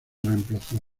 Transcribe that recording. reemplazó